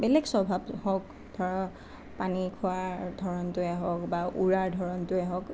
বেলেগ স্বভাৱ হওক ধৰক পানী খোৱাৰ ধৰণটোৱে হওক বা উৰাৰ ধৰণটোৱেই হওক